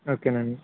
okay అండి